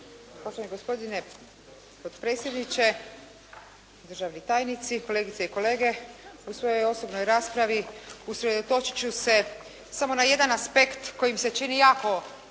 Poštovani gospodine potpredsjedniče, državni tajnici, kolegice i kolege. U svojoj osobnoj raspravi usredotočiti ću se samo na jedan aspekt koji mi se čini jako